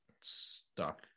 stuck